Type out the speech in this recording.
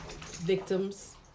victims